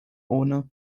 ohne